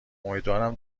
امیدوارم